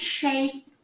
shape